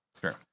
Sure